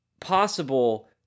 possible